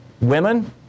women